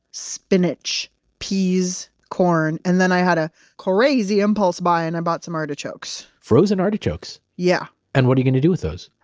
spinach, peas, corn. and then i had a crazy impulse buy, and i bought some artichokes frozen artichokes yeah and are you going to do with those?